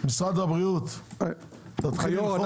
משרד הבריאות, תתחילו ללחוץ.